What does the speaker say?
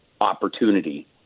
opportunity